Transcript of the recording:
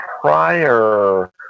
prior